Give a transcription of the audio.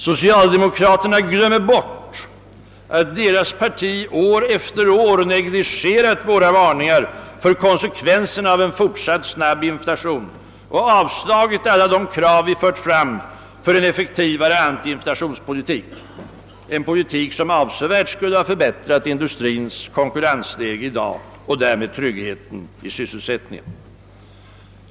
Socialdemokraterna glömmer, att deras parti år efter år negligerat våra varningar för konsekvenser av en fortsatt snabb inflation och avslagit de krav vi fört fram på en effektivare antiinflationspolitik — en politik som avsevärt skulle ha förbättrat industrins konkurrensläge i dag och därmed tryggheten i sysselsättningen.